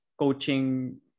coaching